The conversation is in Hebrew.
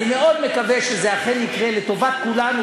אני מאוד מקווה שזה אכן יקרה, לטובת כולנו.